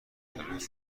مختلف